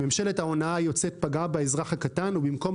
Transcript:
ממשלת ההונאה היוצאת פגעה באזרח הקטן ובמקום